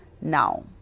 now